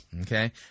okay